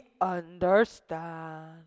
understand